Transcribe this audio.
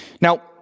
Now